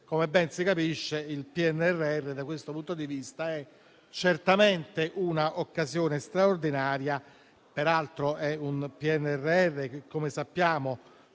come ben si capisce, da questo punto di vista è certamente una occasione straordinaria; peraltro, come sappiamo,